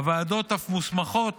הוועדות אף מוסמכות